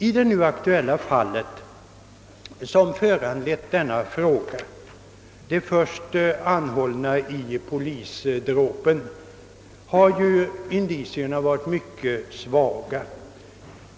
I det nu aktuella fall som föranlett denna fråga — de först anhållna i samband med polisdråpen — har indicierna varit mycket svaga.